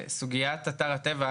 שסוגיית אתר הטבע,